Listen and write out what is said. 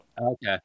Okay